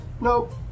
Nope